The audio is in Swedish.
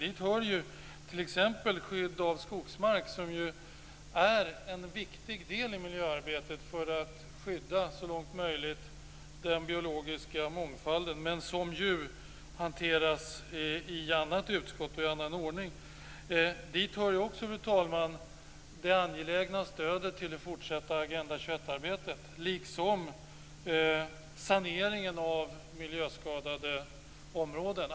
Dit hör t.ex. skydd av skogsmark, som är en viktig del i miljöarbetet när det gäller att så långt möjligt skydda den biologiska mångfalden. Den frågan hanteras ju i annat utskott och i annan ordning. Dit hör också, fru talman, det angelägna stödet till det fortsatta Agenda 21-arbetet liksom till saneringen av miljöskadade områden.